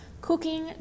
cooking